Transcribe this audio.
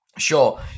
Sure